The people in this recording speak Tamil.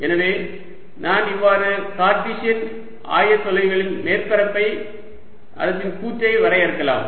எனவே நான் இவ்வாறு கார்ட்டீசியன் ஆயத்தொலைகளில் மேற்பரப்பளவு கூறை வரையறுக்கலாம்